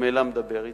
ממילא מדבר אתי,